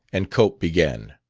and cope began.